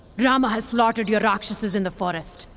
rama has slaughtered your rakshasas in the forest.